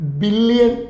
billion